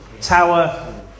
tower